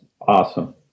awesome